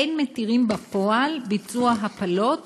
אין מתירים בפועל ביצוע הפלות